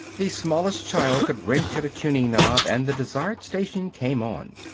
the smallest child could wrench at a tuning-knob and the desired station came on.